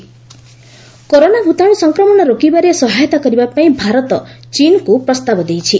ମୋଦୀ ଚୀନ କରୋନା ଭୂତାଣୁ ସଂକ୍ରମଣ ରୋକିବାରେ ସହାୟତା କରିବା ପାଇଁ ଭାରତ ଚୀନକୁ ପ୍ରସ୍ତାବ ଦେଇଛି